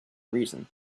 reason